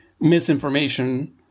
misinformation